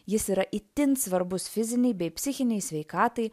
jis yra itin svarbus fizinei bei psichinei sveikatai